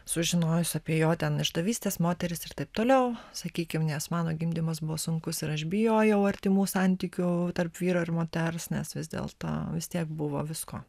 sužinojus apie jo ten išdavystės moteris ir taip toliau sakykim nes mano gimdymas buvo sunkus ir aš bijojau artimų santykių tarp vyro ir moters nes vis dėl to vis tiek buvo visko